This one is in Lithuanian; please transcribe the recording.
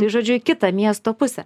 tai žodžiu į kitą miesto pusę